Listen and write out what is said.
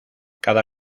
cada